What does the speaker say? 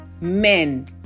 men